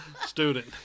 student